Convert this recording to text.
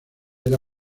era